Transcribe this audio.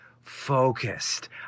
focused